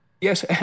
yes